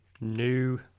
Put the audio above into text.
new